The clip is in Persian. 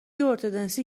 ارتدنسی